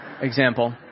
example